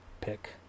pick